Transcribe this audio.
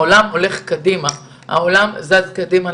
העולם הולך קדימה, העולם זז קדימה.